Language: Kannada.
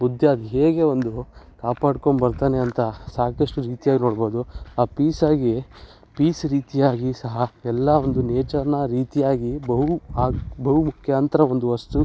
ಬುದ್ಧ ಅದು ಹೇಗೆ ಒಂದು ಕಾಪಾಡ್ಕೊಂಡ್ಬರ್ತಾನೆ ಅಂತ ಸಾಕಷ್ಟು ರೀತಿಯಾಗಿ ನೋಡ್ಬೋದು ಆ ಪೀಸಾಗಿ ಪೀಸ್ ರೀತಿಯಾಗಿ ಸಹ ಎಲ್ಲ ಒಂದು ನೇಚರ್ನ ರೀತಿಯಾಗಿ ಬಹು ಆಗಿ ಬಹು ಮುಖ್ಯಾಂತರ ಒಂದು ವಸ್ತು